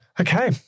Okay